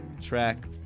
track